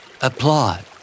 Applaud